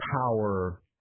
power